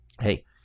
hey